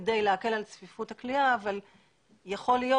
כדי להקל את צפיפות הכליאה אבל יכול להיות